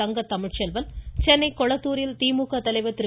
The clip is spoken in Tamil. தங்க தமிழ்ச்செல்வன் சென்னை கொளத்தூரில் திமுக தலைவர் திரு